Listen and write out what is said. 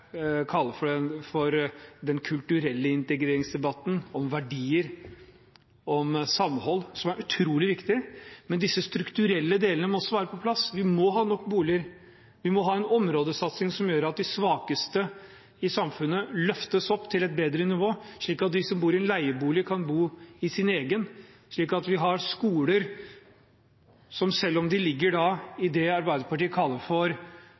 kaller den kulturelle integreringsdebatten, om verdier, om samhold, og som er utrolig viktig. Men disse strukturelle delene må også være på plass. Vi må ha nok boliger. Vi må ha en områdesatsing som gjør at de svakeste i samfunnet løftes opp til et bedre nivå, slik at de som bor i leieboliger, kan bo i sin egen bolig, slik at vi har skoler der elevene gjør det bedre enn elever i resten av landet, selv om skolene ligger i det som Arbeiderpartiet kaller